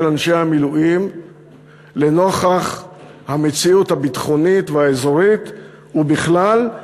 אנשי המילואים לנוכח המציאות הביטחונית והאזורית ובכלל.